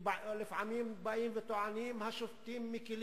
לפעמים באים וטוענים שהשופטים מקלים.